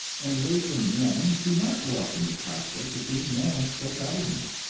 and labor men do not welcome the prospect of being managed by government.